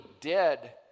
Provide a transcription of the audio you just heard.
dead